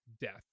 death